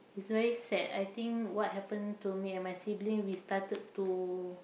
it's very sad I think what happen to me and my sibling we started to